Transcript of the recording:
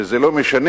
וזה לא משנה,